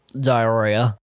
diarrhea